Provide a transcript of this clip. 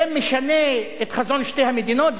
זה משנה את חזון שתי המדינות?